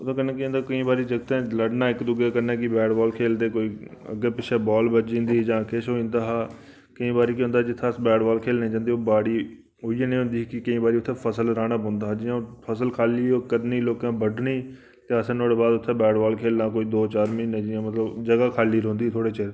ओह्दे कन्नै केह् होंदा केईं बारी जगतें लड़ना इक दूए कन्नै की बैट बाल खेढदे कोई अग्गै पिच्छै बाल बज्जी जंदी ही जां किश होई जंदा हा केईं बारी केह् होंदा जित्थै अस बैट बाल खेढने लेई जंदे ओह् बाड़ी उ'ऐ जनेई होंदी ही केईं बारी उत्थै फसल राह्ना पौंदा हा जियां हून फसल खाली करनी ओह् लोकें बड्ढनी ते असें नोआड़े बाद उत्थै बैट बाल खेढना कोई दो चार म्हीने जि'यां मतलब जगह् खाली रौंह्दी ही थोड़े चिर